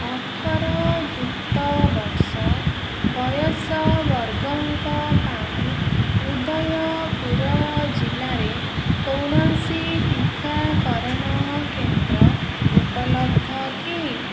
ଅଠର ଯୁକ୍ତ ବର୍ଷ ବୟସ ବର୍ଗଙ୍କ ପାଇଁ ଉଦୟପୁର ଜିଲ୍ଲାରେ କୌଣସି ଟିକାକରଣ କେନ୍ଦ୍ର ଉପଲବ୍ଧ କି